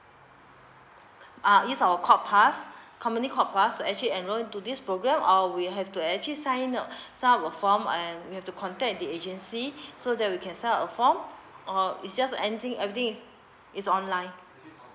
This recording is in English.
uh use our corp pass company corp pass to actually enroll into this program or we have to actually sign some of the form and we have to contact the agency so that we can sign up a form or is just anything everything is online